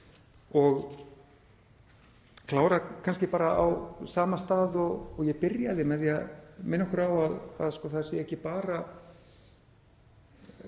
Ég klára kannski bara á sama stað og ég byrjaði, með því að minna okkur á að það sé ekki bara